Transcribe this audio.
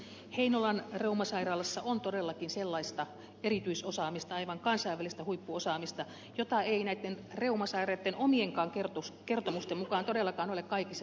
heinolan reumasairaalassa on todellakin sellaista erityisosaamista aivan kansainvälistä huippuosaamista jota ei näiden reumasairaiden omienkaan kertomusten mukaan todellakaan ole kaikissa sairaanhoitopiireissä